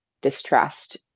distrust